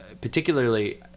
Particularly